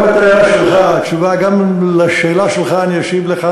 גם לשאלה שלך אני אשיב לך,